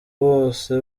bose